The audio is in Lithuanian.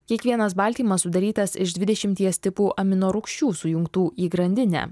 kiekvienas baltymas sudarytas iš dvidešimties tipų aminorūgščių sujungtų į grandinę